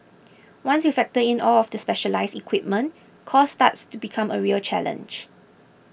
once you factor in all of the specialised equipment cost starts to become a real challenge